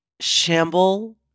Shamble